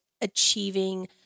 achieving